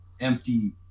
empty